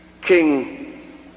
king